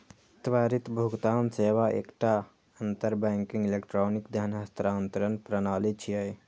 त्वरित भुगतान सेवा एकटा अंतर बैंकिंग इलेक्ट्रॉनिक धन हस्तांतरण प्रणाली छियै